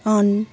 on